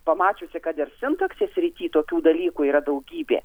pamačiusi kad ir sintaksės srityje tokių dalykų yra daugybė